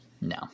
No